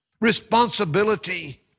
responsibility